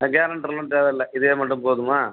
guarantee எல்லாம் தேவை இல்லை இதுவே மட்டும் போதுமா